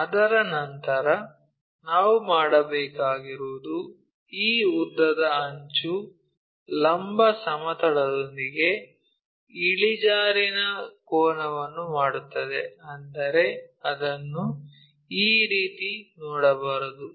ಅದರ ನಂತರ ನಾವು ಮಾಡಬೇಕಾಗಿರುವುದು ಈ ಉದ್ದದ ಅಂಚು ಲಂಬ ಸಮತಲದೊಂದಿಗೆ ಇಳಿಜಾರಿನ ಕೋನವನ್ನು ಮಾಡುತ್ತದೆ ಅಂದರೆ ಅದನ್ನು ಈ ರೀತಿ ನೋಡಬಾರದು